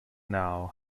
now